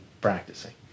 practicing